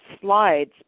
slides